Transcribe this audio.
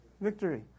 Victory